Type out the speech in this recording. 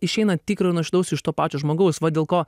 išeina tikro ir nuoširdaus iš to pačio žmogaus va dėl ko